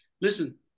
listen